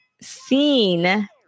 seen